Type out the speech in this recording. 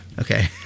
Okay